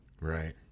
Right